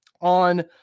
on